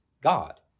God